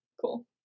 cool